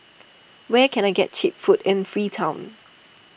where can I get Cheap Food in Freetown